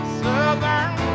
southern